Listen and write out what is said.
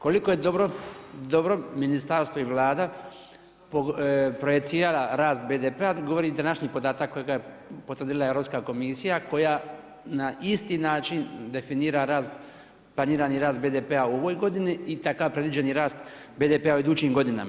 Koliko je dobro ministarstvo i Vlada projicirala rast BDP-a govori i današnji podatak kojega je potvrdila Europska komisija koja na isti način definira rast planirani rast BDP-a u ovoj godini i takav predviđeni rast BDP-a u idućim godinama.